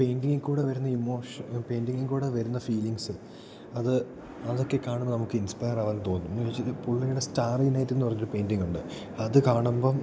പെയിൻറിങ്ങിൽകൂടെ വരുന്ന ഇമോഷൻ പെയിൻറിങ്ങിൽകൂടെ വരുന്ന ഫീലിംഗ്സ് അത് അതൊക്കെ കാണുമ്പോൾ നമുക്ക് ഇൻസ്പയർ ആവാൻ തോന്നും എന്ന് വച്ചാൽ പുള്ളിയുടെ സ്റ്റാറി നൈറ്റ് എന്ന് പറഞ്ഞ പെയിൻറ്റിങ് ഉണ്ട് അത് കാണുമ്പം